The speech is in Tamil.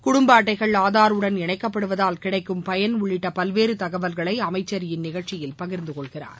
குடும்ப அட்டைகள் ஆதாருடன் இணைக்கப்படுவதால் கிடைக்கும் பயன் உள்ளிட்ட பல்வேறு தகவல்களை அமைச்சர் இந்நிகழ்ச்சியில் பகிர்ந்து கொள்கிறார்